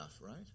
right